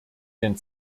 den